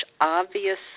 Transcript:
obvious